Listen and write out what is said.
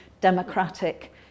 democratic